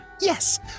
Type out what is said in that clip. Yes